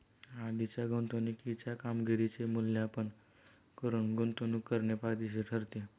आधीच्या गुंतवणुकीच्या कामगिरीचे मूल्यमापन करून गुंतवणूक करणे फायदेशीर ठरते